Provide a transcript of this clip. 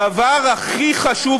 הדבר הכי חשוב